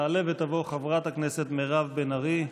תעלה ותבוא חברת הכנסת מירב בן ארי.